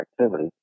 activity